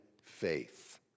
faith